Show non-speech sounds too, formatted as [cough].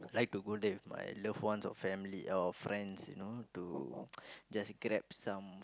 like to go there with my loved ones or family or friends you know to [noise] just grab some